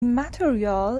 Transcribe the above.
material